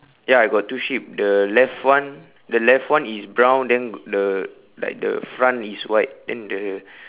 ya I got two sheep the left one the left one is brown then the like the front is white then the